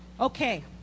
Okay